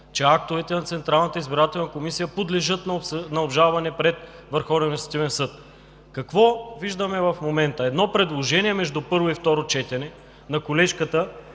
комисия подлежат на обжалване пред Върховния административен съд. Какво виждаме в момента? Едно предложение между първо и второ четене на колежката,